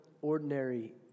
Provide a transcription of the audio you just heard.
ordinary